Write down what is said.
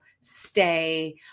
stay